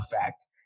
fact